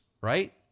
right